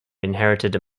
inherited